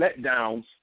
letdowns